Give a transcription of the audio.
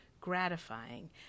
gratifying